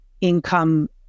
income